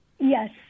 Yes